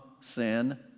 sin